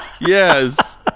Yes